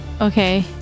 Okay